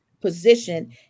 position